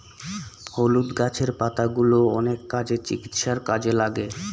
হলুদ গাছের পাতাগুলো অনেক কাজে, চিকিৎসার কাজে লাগে